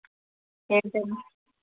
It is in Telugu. ఎంత అండి